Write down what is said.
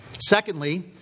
Secondly